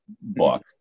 book